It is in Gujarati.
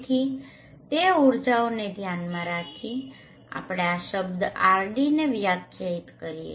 તેથી તે ઊર્જાઓને ધ્યાનમાં રાખીને ચાલો આપણે આ શબ્દ RDને વ્યાખ્યાયિત કરીએ